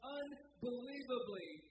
unbelievably